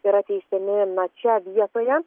yra teisiami na čia vietoje